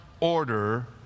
order